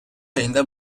ayında